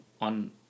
on